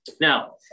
Now